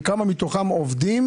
וכמה מתוכם עובדים